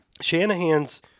Shanahan's